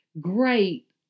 Great